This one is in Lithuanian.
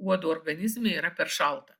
uodo organizme yra per šalta